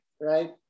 right